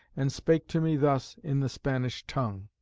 and spake to me thus in the spanish tongue.